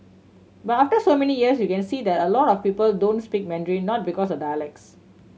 but after so many years you can see that a lot of people don't speak Mandarin not because of dialects